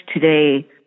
today